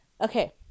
okay